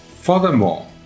Furthermore